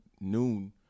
noon